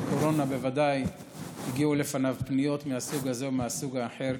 בוודאי הגיעו לקבינט הקורונה פניות מהסוג הזה או מהסוג האחר.